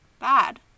bad